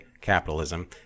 capitalism